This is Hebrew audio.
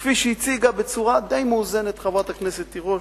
כפי שהציגה בצורה די מאוזנת חברת הכנסת תירוש?